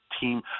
team